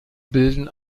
bilden